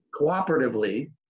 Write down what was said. cooperatively